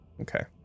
Okay